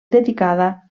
dedicada